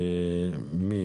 מי?